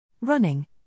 Running